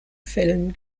fällen